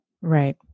Right